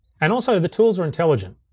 and also, the tools are intelligent.